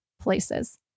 places